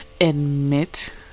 admit